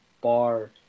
Bar